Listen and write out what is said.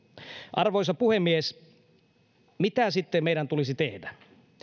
arvoisa puhemies mitä sitten meidän tulisi tehdä